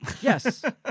Yes